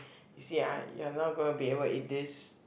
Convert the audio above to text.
you see ah you're not gonna be able eat this